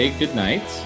goodnight